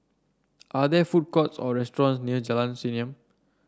are there food courts or restaurants near Jalan Senyum